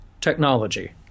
technology